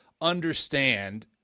understand